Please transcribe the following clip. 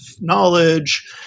knowledge